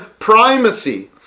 primacy